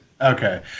okay